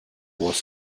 was